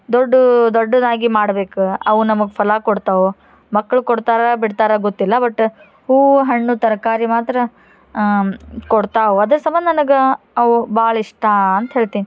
ದೊಡ್ಡ ದೊಡ್ಡದಾಗಿ ಮಾಡ್ಬೇಕು ಅವು ನಮಗೆ ಫಲ ಕೊಡ್ತಾವೆ ಮಕ್ಳು ಕೊಡ್ತಾರೆ ಬಿಡ್ತಾರೆ ಗೊತ್ತಿಲ್ಲ ಬಟ್ ಹೂವು ಹಣ್ಣು ತರಕಾರಿ ಮಾತ್ರ ಕೊಡ್ತಾವೆ ಅದರ ಸಂಬಂಧ ನನಗೆ ಅವು ಭಾಳ ಇಷ್ಟ ಅಂತ ಹೇಳ್ತೀನಿ